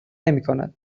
نمیکند